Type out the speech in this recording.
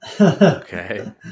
okay